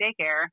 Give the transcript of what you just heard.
daycare